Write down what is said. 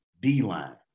D-line